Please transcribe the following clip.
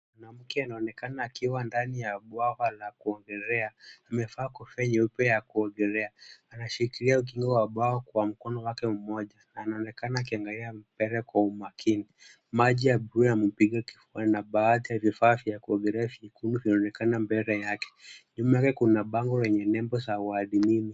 Mwanamke anaonekana akiwa ndani ya bwawa la kuogolea. Amevaa kofia nyeupe ya kuogelea. Anashikilia ukingo wa bwawa kwa mkono wake mmoja na anaonekana akiangalia mbele kwa umakini. Maji ya bluu yampiga kifuani na baadhi ya vifaa vya kuogelea vyekundu vinaonekana mbele yake. Nyuma yake kuna bango lenye nembo za uadhimini.